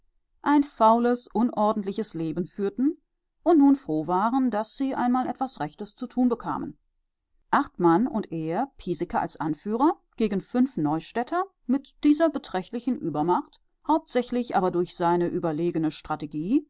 ein faules unordentliches leben führten und nun froh waren daß sie einmal etwas rechtes zu tun bekamen acht mann und er piesecke als anführer gegen fünf neustädter mit dieser beträchtlichen übermacht hauptsächlich aber durch seine überlegene strategie